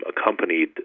accompanied